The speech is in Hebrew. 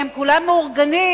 כי הם כולם מאורגנים.